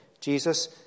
Jesus